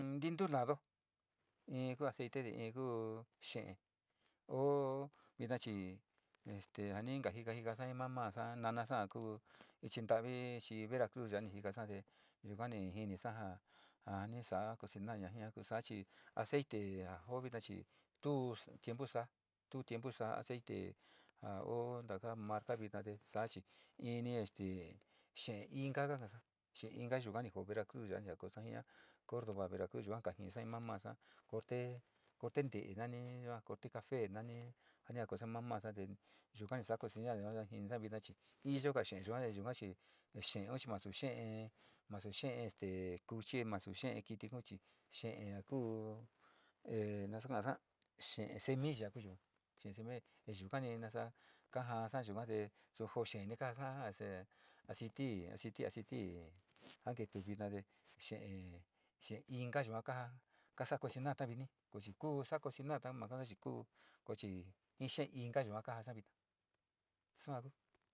Ntntuu lado in kuu aceite in kuu xele o vina chií este a nr ka itka jitesaa jí mamasa, nanaso ku ichi tuur ja kuu veracruz ya ni jit kasaa yuka njin jar ka jo sa ni soda cocinar ja chi' aceite a o vida chií tuo tiempo saa, tul tiempo saa te ai o takto marca add chií inip este xee inka tosa chi' inka yuka injojo veracruz ji jo toosa jina, cordoba veracruz ku yuar ka ji misa jip mamasa, corte, corte ntele nani' yuar corte café nani' nr toosa ji' mamasa nisa yuta nr soda cocinar yua te tintso chi' iya ka xee yuachr xee o chi' nasu xee, nasu xee este kuchi xee kití kuu chi' xee ja ku no sa tooso xee semilla ku yua, tee me xee se milla te yuka nr saa, kaajasa yua te joo xee ka, ja te aciti, aciti, aciti, ja keeti o vina xee inka yua ka jooa ka soda cocinar tavup kuu saia cocinar ja ka mada chr kuu ji' xee inka yua kaajasa sua kuu.